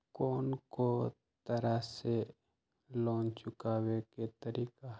कोन को तरह से लोन चुकावे के तरीका हई?